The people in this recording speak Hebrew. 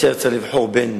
או שהיה צריך לבחור בין